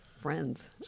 friends